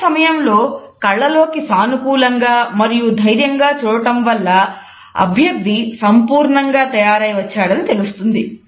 అదే సమయంలో కళ్ళలోకి సానుకూలంగా మరియు ధైర్యంగా చూడటం వలన అభ్యర్థి సంపూర్ణంగా తయారై వచ్చాడని తెలుస్తుంది